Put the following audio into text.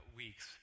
weeks